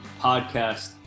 podcast